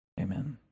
Amen